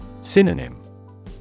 Synonym